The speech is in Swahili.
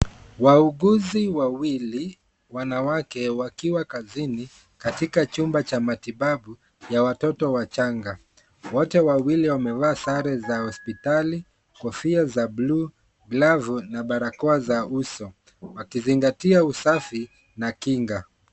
Wauguzi wawili wanawake wakiwa kazini, katika chumba cha matibabu ya watoto wachanga. Wote wawili wamevaa sare za hospitali, kofia za buluu glavu na barakoa za uso, wakizingatia usafi na kinga.